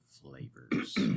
flavors